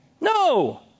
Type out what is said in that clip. No